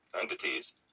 entities